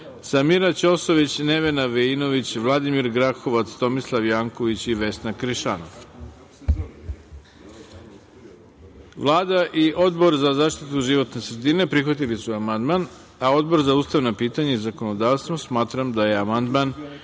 Samira Ćosović, Nevena Veinović, Vladimir Grahovac, Tomislav Janković i Vesna Krišanov. Vlada i Odbor za zaštitu životne sredine prihvatili su amandman, a Odbor za ustavna pitanja i zakonodavstvo smatra da je amandman